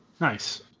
Nice